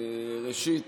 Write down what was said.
ראשית,